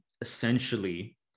essentially